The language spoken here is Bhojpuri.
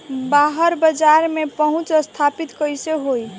बाहर बाजार में पहुंच स्थापित कैसे होई?